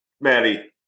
Maddie